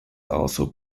also